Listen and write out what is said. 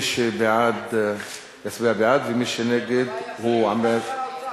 מי שבעד יצביע בעד, ומי שנגיד הוא בעד הסרה.